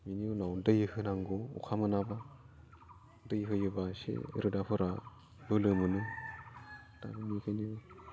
बेनि उनाव दै होनांगौ अखा मोनाब्ला दै होयोबा इसे रोदाफोरा बोलो मोनो दा बेनिखायनो